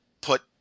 put